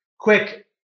quick